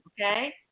okay